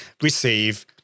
receive